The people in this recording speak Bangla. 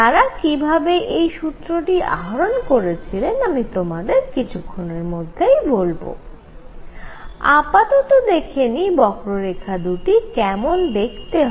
তারা কি ভাবে এই সূত্রটি আহরণ করেছিলেন আমি তোমাদের কিছুক্ষনের মধেই বলব আপাতত দেখে নিই বক্ররেখা দুটি কেমন দেখতে হয়